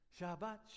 Shabbat